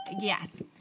yes